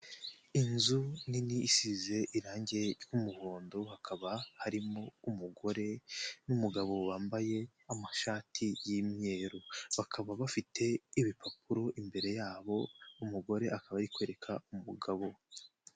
Inzu nini isize irange ry'umuhondo hakaba harimo umugore n'umugabo wambaye amashati y'imyeru, bakaba bafite ibipapuro imbere yabo umugore akaba ari kwereka umugabo.